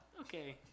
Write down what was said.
Okay